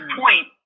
point